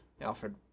Alfred